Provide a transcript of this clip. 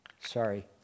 Sorry